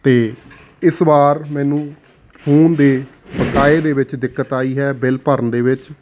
ਅਤੇ ਇਸ ਵਾਰ ਮੈਨੂੰ ਫੋਨ ਦੇ ਬਕਾਏ ਦੇ ਵਿੱਚ ਦਿੱਕਤ ਆਈ ਹੈ ਬਿੱਲ ਭਰਨ ਦੇ ਵਿੱਚ